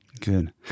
Good